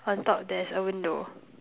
on top there's a window